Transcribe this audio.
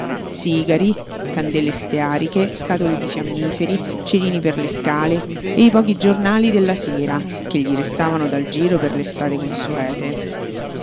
sigari candele steariche scatole di fiammiferi cerini per le scale e i pochi giornali della sera che gli restavano dal giro per le strade consuete